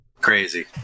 crazy